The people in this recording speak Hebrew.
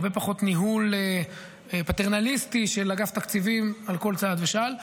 הרבה פחות ניהול פטרנליסטי של אגף תקציבים על כל צעד ושעל.